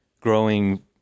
growing